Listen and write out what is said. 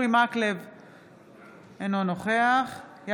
אינו נוכח אורי מקלב,